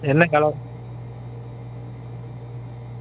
என்ன கலர் ம்